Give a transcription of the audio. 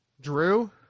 Drew